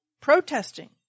protesting